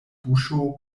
buŝo